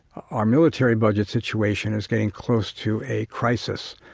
ah military budget situation is getting close to a crisis.